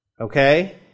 Okay